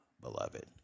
beloved